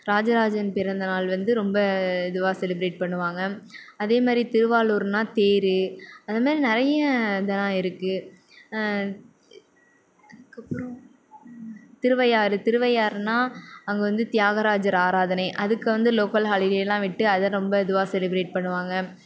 ராஜராஜன் பிறந்த நாள் வந்து ரொம்ப இதுவாக செலிப்ரேட் பண்ணுவாங்க அதேமாதிரி திருவாரூர்னா தேர் அதுமாதிரி நிறைய இதெல்லாம் இருக்குது அதுக்கப்புறம் திருவையாறு திருவையாறுனால் அங்கே வந்து தியாகராஜர் ஆராதனை அதுக்கு வந்து லோக்கல் ஹாலிடேயெலாம் விட்டு அதை ரொம்ப இதுவாக செலிப்ரேட் பண்ணுவாங்க